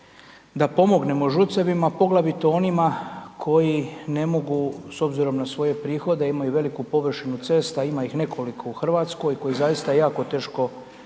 da pomognemo ŽUC-evima, poglavito onima koji ne mogu s obzirom na svoje prihode, a imaju veliku površinu cesta, ima ih nekoliko u Hrvatskoj koji zaista jako teško,